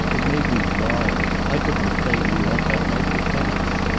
it made me wild. i couldn't have played roulette that night for pennies.